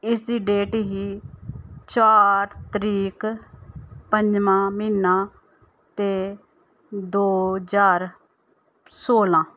इसदी डेट ही चार तरीक पंजमां म्हीना ते दो ज्हार सोलां